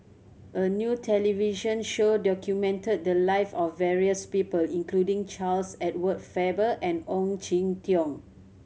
a new television show documented the life of various people including Charles Edward Faber and Ong Jin Teong